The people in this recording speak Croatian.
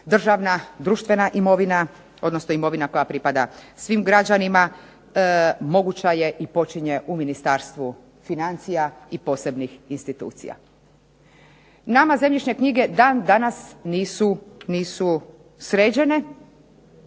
državna, društvena imovina, odnosno imovina koja pripada svim građanima, moguća je i počinje u Ministarstvu financija i posebnih institucija. Nama zemljišne knjige dan danas nisu sređene,